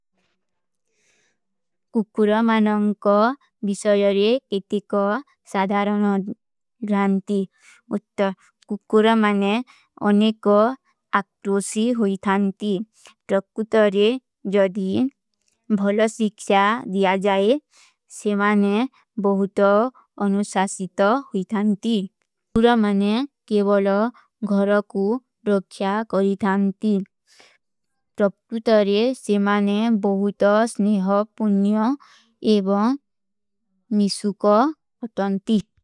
କୁକୁରା ମାନଂଗ କା ଵିଶଯରେ କେତେ କା ସାଧାରନ ରାଂତୀ। ଉତ୍ତର, କୁକୁରା ମାନେ ଅନେକା ଅକ୍ଟୋଶୀ ହୋଈ ଥାଂତୀ। ତରକୁତରେ ଜଦୀ ଭଲା ସିଖ୍ଷା ଦିଯା ଜାଏ, ସେ ମାନେ ବହୁତା ଅନୁଶାସିତା ହୋଈ ଥାଂତୀ। କୁକୁରା ମାନେ କେବଲା ଘରା କୁ ରକ୍ଷ୍ଯା କରୀ ଥାଂତୀ। ତରକୁତରେ ସେ ମାନେ ବହୁତା ସ୍ନେହା ପୁଣ୍ଯା ଏବଂ ମିସୁ କା ତାଂତୀ।